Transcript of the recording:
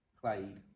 played